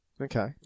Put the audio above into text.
Okay